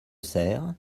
serres